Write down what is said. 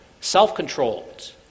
self-controlled